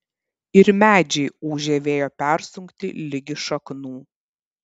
ir medžiai ūžią vėjo persunkti ligi šaknų